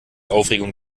aufregung